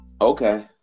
Okay